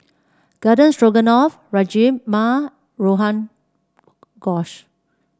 Garden Stroganoff Rajma Rogan Josh